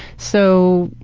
so,